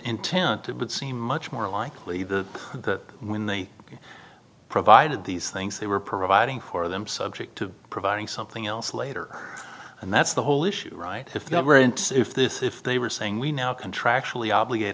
intented would seem much more likely that when they are provided these things they were providing for them subject to providing something else later and that's the whole issue right if governments if this if they were saying we now contractually obligated